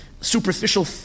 superficial